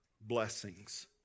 blessings